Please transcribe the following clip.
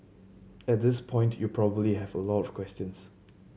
at this point you probably have a lot of questions